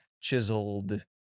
chiseled